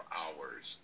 hours